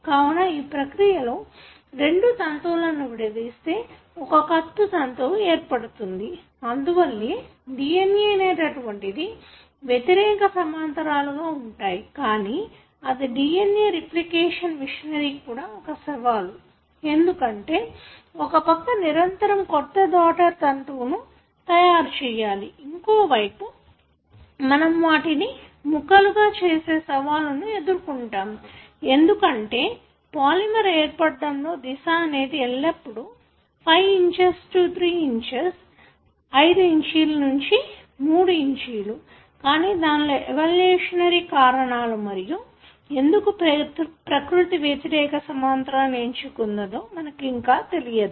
కావున ఈ ప్రక్రియలో రెండు తంతువులను విడదీస్తే ఒక కొత్త తంతువు ఏర్పడుతుంది అందువల్లే DNA అనేటటువంటిది వ్యతిరేఖసమంతరాలుగా ఉంటాయి కానీ అది DNA రేప్లికేషన్ మెషినరీ కూడా ఒక సవాలు ఎందుకంటే ఒక పక్క నిరంతరం కొత్త డాటర్ తంతువును తయారు చేయాలి ఇంకోవైపు మనము వాటిని ముక్కలుగా చేసే సవాలును ఎదురుకుంటాము ఎందుకంటే పాలిమర్ ఏర్పడడంలో దిశ అనేది ఎల్లపుడూ 5' టు 3' కానీ దానిలో ఎవాల్యూషనరీ కారణాలు మరియు ఎందుకు ప్రకృతి వ్యతిరేక సమాంతరాన్ని ఎంచుకున్నదో ఇంకా మనకు తెలియదు